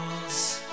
rules